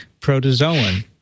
protozoan